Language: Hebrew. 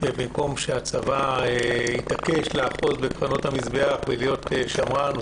במקום שהצבא יתעקש לאחוז בקרנות המזבח ולהיות שמרן הוא